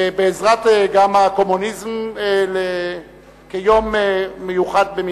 גם בעזרת הקומוניזם, כיום מיוחד במינו.